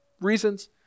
reasons